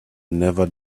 never